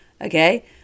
Okay